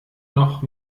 noch